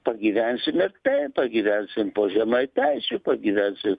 pagyvensim ir taip pagyvensim po žemaitaičiu pagyvensim